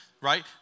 right